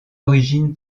origine